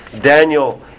Daniel